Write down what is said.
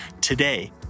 today